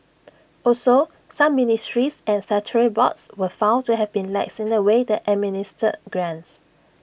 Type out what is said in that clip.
also some ministries and boards were found to have been lax in the way they administered grants